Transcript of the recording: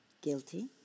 guilty